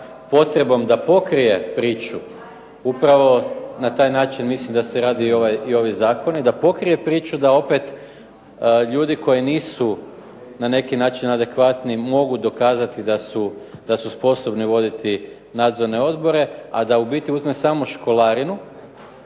potrebom da pokrije priču upravo na taj način mislim da se rade i ovi zakoni, da pokrije priču da opet ljudi koji nisu na neki način adekvatni mogu dokazati da su sposobni voditi nadzorne odbore, a da u biti uzme samo školarinu